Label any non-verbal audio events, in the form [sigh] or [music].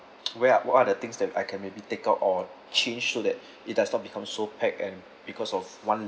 [noise] where what are the things that I can maybe take out or change so that it does not become so pack and because of one